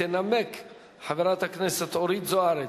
תנמק חברת הכנסת אורית זוארץ.